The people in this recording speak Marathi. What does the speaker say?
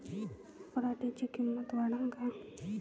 पराटीची किंमत वाढन का?